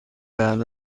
بعد